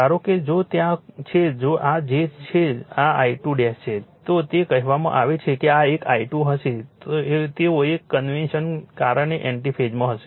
ધારો કે જો તે ત્યાં છે જો આ છે જો આ I2 છે તો તે કહેવામાં આવે છે કે આ એક I2 હશે તેઓ તે કન્વેશનને કારણે એન્ટિ ફેઝમાં હશે